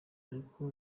ariko